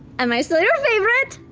am i still your favorite?